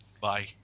bye